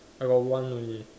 I got one only